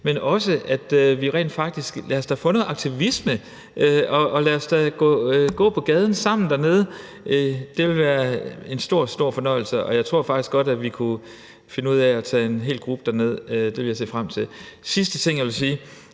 men også at vi rent faktisk handler. Lad os da få noget aktivisme, og lad os da gå på gaden sammen dernede. Det vil være en stor, stor fornøjelse, og jeg tror faktisk godt, vi kunne finde ud af at tage en hel gruppe derned. Det vil jeg se frem til. Den sidste ting, jeg vil sige,